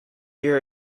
your